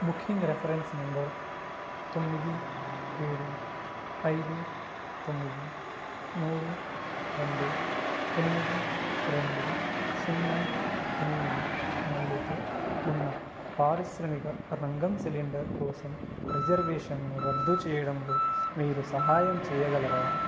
booking reference number తొమ్మిది ఏడు ఐదు తొమ్మిది మూడు రెండు ఎనిమిది రెండు సున్నా ఎనిమిది మూడుతో ఉన్న పారిశ్రమిక రంగం సిలిండర్ కోసం రిజర్వేషన్ను రద్దు చేయడంలో మీరు సహాయం చేయగలరా